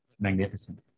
magnificent